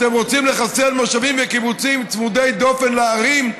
אתם רוצים לחסל מושבים וקיבוצים צמודי דופן לערים,